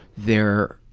there